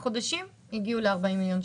חודשים והגיעו ל-40 מיליון שקלים.